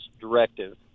directive